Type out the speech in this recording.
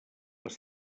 les